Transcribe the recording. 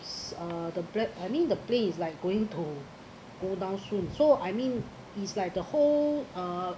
uh the black I mean the plane is like going to go down soon so I mean it's like the whole uh